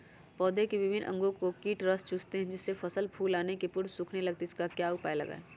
पौधे के विभिन्न अंगों से कीट रस चूसते हैं जिससे फसल फूल आने के पूर्व सूखने लगती है इसका क्या उपाय लगाएं?